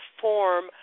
form